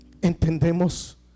entendemos